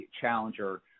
challenger